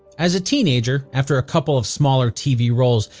as a teenager, after a couple of smaller tv roles,